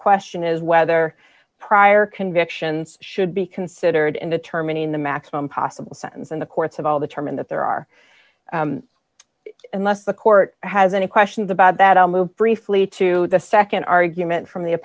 question is whether prior convictions should be considered in determining the maximum possible sentence in the courts of all the term and that there are unless the court has any questions about that a move briefly to the nd argument from the